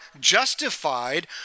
justified